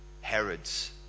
Herod's